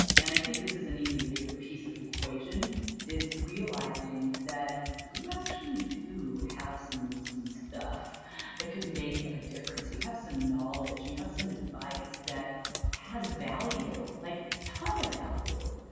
and i think this is an even bigger piece of the equation is realizing that you actually do have some some stuff that could make a difference, you have some knowledge, you have some advice that has like a ton of value,